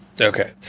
Okay